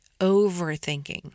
overthinking